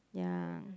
ya